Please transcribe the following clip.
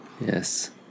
Yes